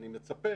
אני מצפה